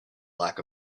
lack